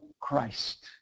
Christ